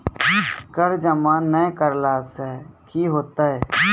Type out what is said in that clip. कर जमा नै करला से कि होतै?